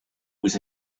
was